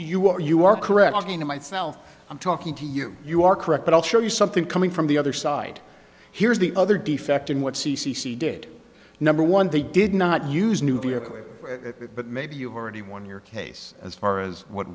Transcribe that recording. are you are correct myself i'm talking to you you are correct but i'll show you something coming from the other side here's the other defect in what c c c did number one they did not use nuclear but maybe you've already won your case as far as what